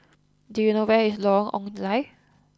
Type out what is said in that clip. do you know where is Lorong Ong Lye